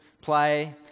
play